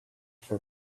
for